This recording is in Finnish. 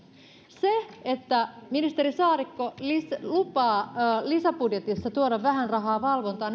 se että ministeri saarikko lupaa lisäbudjetissa tuoda vähän rahaa valvontaan